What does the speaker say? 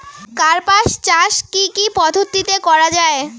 কার্পাস চাষ কী কী পদ্ধতিতে করা য়ায়?